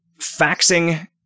faxing